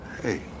hey